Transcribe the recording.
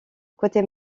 côté